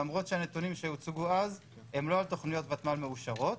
למרות שהנתונים שהוצגו אז לא על תוכניות ותמ"ל מאושרות,